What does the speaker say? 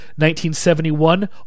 1971